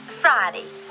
Friday